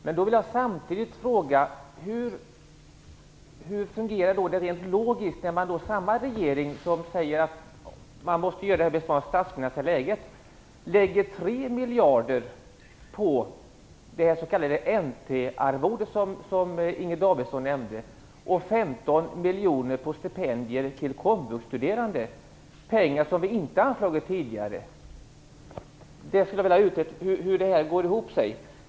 Men hur fungerar det rent logiskt när samma regering samtidigt lägger 3 miljarder på det s.k. NT-arvode som Inger Davidson nämnde och 15 miljoner på stipendier till komvuxstuderande? Det är pengar som vi inte har anslagit tidigare. Jag skulle vilja få utrett hur detta går ihop.